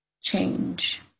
change